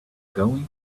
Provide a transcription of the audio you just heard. going